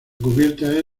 cubierta